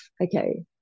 okay